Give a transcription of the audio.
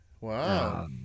Wow